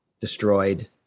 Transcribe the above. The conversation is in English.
destroyed